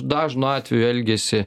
dažnu atveju elgiasi